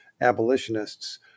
abolitionists